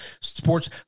Sports